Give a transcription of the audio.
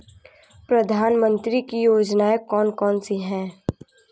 प्रधानमंत्री की योजनाएं कौन कौन सी हैं?